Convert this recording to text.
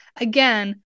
Again